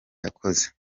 yakoze